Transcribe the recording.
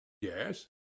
Yes